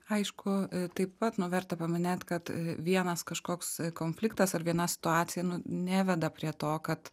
aišku taip pat nu verta paminėt kad vienas kažkoks konfliktas ar viena situacija nu neveda prie to kad